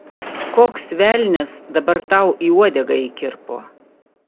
koks velnias dabar tau į uodegą įkirpo